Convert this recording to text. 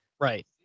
Right